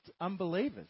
unbelievers